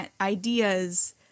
ideas